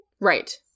Right